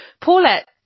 Paulette